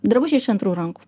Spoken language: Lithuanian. drabužiai iš antrų rankų